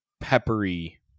peppery